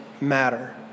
matter